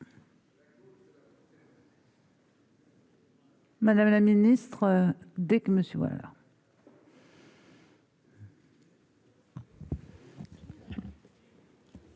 Madame la ministre dès que monsieur.